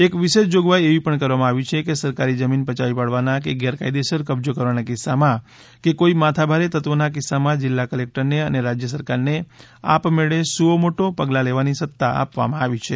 એક વિશેષ જોગવાઇ એવી પણ કરવામાં આવી છે કે સરકારી જમીન પયાવી પાડવાના કે ગેરકાયદેસર કબજો કરવાના કિસ્સામાં કે કોઇ માથાભારે તત્વીના કિસ્સામાં જિલ્લા કલેકટરને અને રાજ્ય સરકારને આપમેળે સુઓમોટો પગલાં લેવાની સત્તા આપવામાં આવી છે